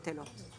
בטלות.